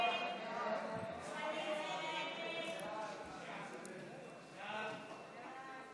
הצעת סיעת יש עתיד-תל"ם להביע אי-אמון בממשלה לא נתקבלה.